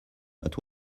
but